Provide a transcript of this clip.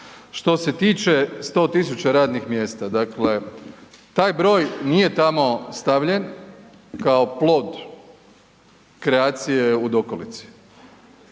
Što se tiče 100 tisuća radnih mjesta, dakle, taj broj nije tamo stavljen kao plod kreacije u dokolici